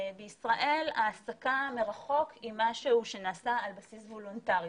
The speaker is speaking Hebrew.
בישראל העסקה מרחוק היא משהו שנעשה על בסיס וולונטרי,